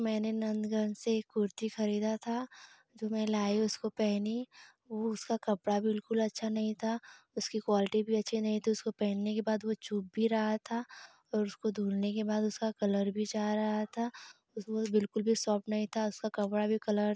मैंने नंदगंज से एक कुर्ती खरीदा था जो मैं लाई उसको पहनी वो उसका कपड़ा बिल्कुल अच्छा नहीं था उसकी क्वालटी भी अच्छी नही थी उसकाे पहनने के बाद वो चुभ भी रहा था और उसको धुलने के बाद उसका कलर भी जा रहा था उसपे बहुत बिल्कुल भी सॉफ्ट नही था उसका कपड़ा भी कलर